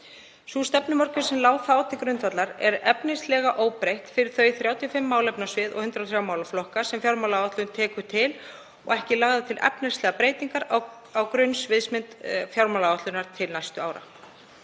Sú stefnumörkun sem lá þá til grundvallar er efnislega óbreytt fyrir þau 35 málefnasvið og 103 málaflokka sem fjármálaáætlun tekur til og ekki lagðar til efnislegar breytingar á grunnsviðsmynd fjármálaáætlunar til næstu ára.